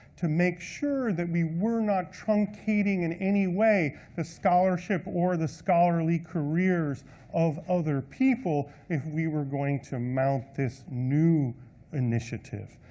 to make sure that we not truncating in any way the scholarship or the scholarly careers of other people if we were going to mount this new initiative.